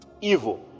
evil